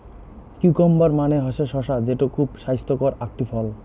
cucumber মানে হসে শসা যেটো খুবই ছাইস্থকর আকটি ফল